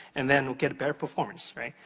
and then we'll get better performance, right?